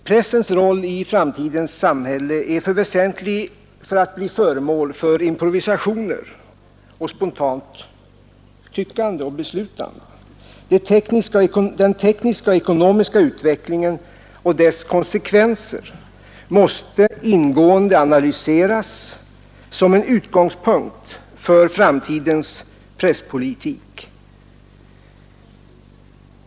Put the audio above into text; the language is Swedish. Pressens roll i framtidens samhälle är för väsentlig för att bli föremål för improvisationer och spontant tyckande och beslutande. Den tekniska och ekonomiska utvecklingen och dess konsekvenser för tidningsproduktionen måste ingående analyseras som en utgångspunkt för framtidens presspolitik.